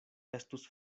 estus